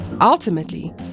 ultimately